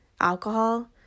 Alcohol